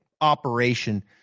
Operation